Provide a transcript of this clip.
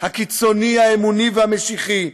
הקיצוני האמוני והמשיחי,